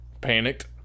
panicked